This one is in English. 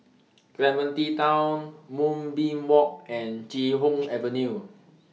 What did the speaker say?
Clementi Town Moonbeam Walk and Chee Hoon Avenue